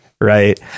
right